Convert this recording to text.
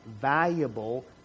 valuable